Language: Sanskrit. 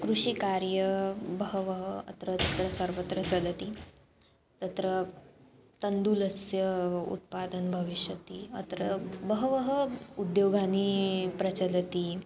कृषिकार्यं बहु अत्र अत्र सर्वत्र चलति तत्र तण्डुलस्य उत्पादं भविष्यति अत्र बहवः उद्योगाः प्रचलन्ति